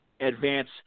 advance